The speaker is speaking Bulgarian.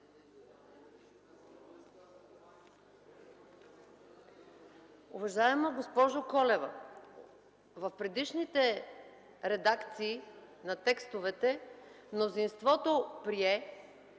Уважаема госпожо Колева, в предишните редакции на текстовете мнозинството прие,